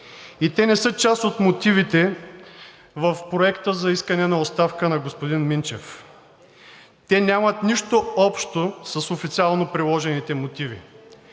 и те не са част от мотивите в Проекта за искане на оставка на господин Минчев. Те нямат нищо общо с официално приложените мотиви,